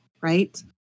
right